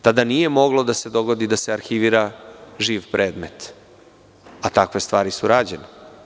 Tada nije moglo da se dogodi da se arhivira živ predmet, a takve stvari su rađene.